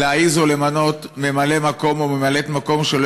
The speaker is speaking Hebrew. להעז ולמנות ממלא מקום או ממלאת מקום שלא